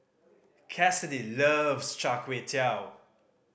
Cassidy loves Char Kway Teow